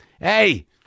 Hey